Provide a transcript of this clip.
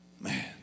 Man